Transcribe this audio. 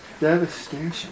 devastation